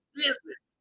business